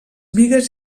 bigues